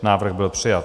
Návrh byl přijat.